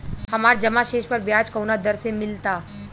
हमार जमा शेष पर ब्याज कवना दर से मिल ता?